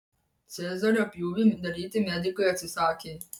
cezario pjūvį daryti medikai atsisakė